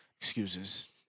Excuses